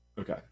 Okay